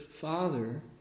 father